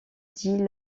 dit